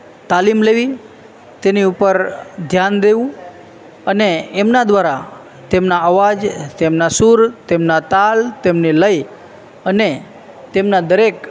તાલીમ લેવી તેની ઉપર ધ્યાન દેવું અને એમના દ્વારા તેમના અવાજ તેમના સૂર તેમના તાલ તેમની લય અને તેમના દરેક